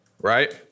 right